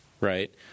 right